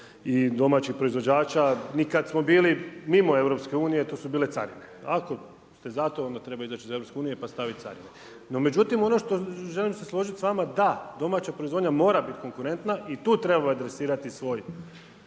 i domaćih proizvođača. Ni kad smo bili mimo EU, to su bile carine. Ako ste za to, onda treba izaći iz EU pa staviti carine. No međutim, ono što želim se složit s vama, da, domaća proizvodnja mora biti konkretna i tu trebamo adresirati svoje